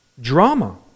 Drama